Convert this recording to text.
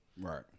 Right